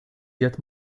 get